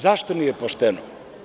Zašto nije pošteno?